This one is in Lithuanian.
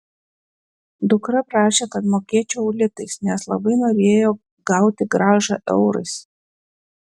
dukra prašė kad mokėčiau litais nes labai norėjo gauti grąžą eurais